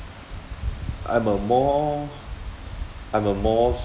I'm a more I'm a more